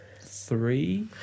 three